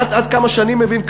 עד כמה שאני מבין,